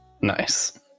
nice